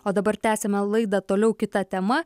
o dabar tęsiame laidą toliau kita tema